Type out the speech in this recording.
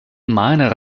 meiner